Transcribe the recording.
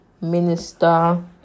Minister